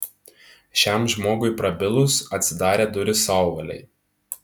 šiam žmogui prabilus atsidarė durys sauvalei